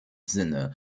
sinn